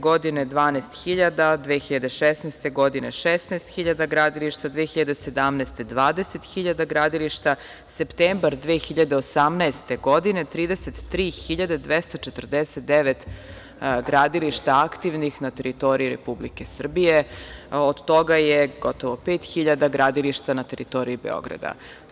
Godine 2015. 12.000, 2016. godine 16.000 gradilišta, 2017. godine 20.000 gradilišta, septembar 2018. godine 33.249 gradilišta aktivnih na teritoriji Republike Srbije, od toga je gotovo 5.000 gradilišta na teritoriji Beograda.